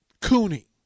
Cooney